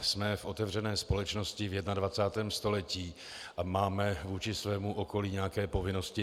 Jsme v otevřené společnosti v 21. století a máme vůči svému okolí nějaké povinnosti.